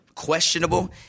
Questionable